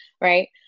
right